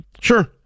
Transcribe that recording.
Sure